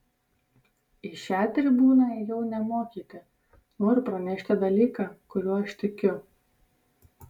į šią tribūną ėjau ne mokyti noriu pranešti dalyką kuriuo aš tikiu